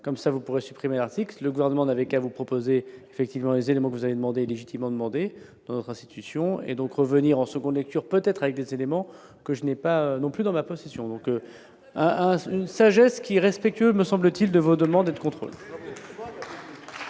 comme ça vous pourrez supprimé article gouvernement n'avait qu'à vous proposer effectivement des éléments vous allez demander légitimement demander institution et donc revenir en seconde lecture, peut-être avec des éléments que je n'ai pas non plus dans la possession donc à une sagesse qui irrespectueux, me semble-t-il, de vos demandes de.